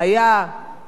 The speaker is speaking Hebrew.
לא החקיקה,